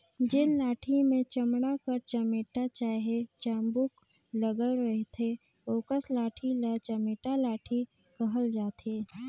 जेन लाठी मे चमड़ा कर चमेटा चहे चाबूक लगल रहथे ओकस लाठी ल चमेटा लाठी कहल जाथे